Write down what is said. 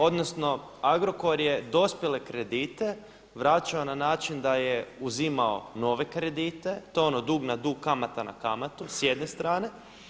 Odnosno Agrokor je dospjele kredite vraćao na način da je uzimao nove kredite, to ono dug na dug, kamata na kamatu s jedne strane.